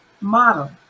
model